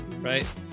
Right